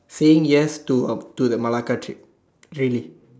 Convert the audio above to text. saying yes to uh to the Melaka trip really